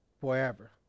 forever